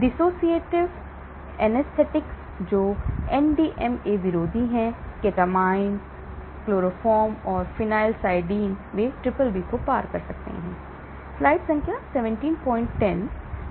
dissociative anaesthetics जो NDMA विरोधी हैं केटामाइन क्लोरोफॉर्म और phencyclidine वे BBB को भी पार करते हैं